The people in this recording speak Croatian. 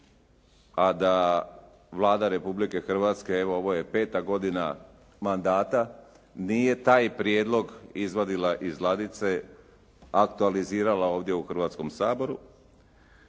a da Vlada Republike Hrvatske, evo ovo je 5. godina mandata nije taj prijedlog izvadila iz ladice, aktualizirala ovdje u Hrvatskom saboru.